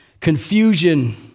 confusion